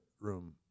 room